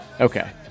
Okay